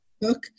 book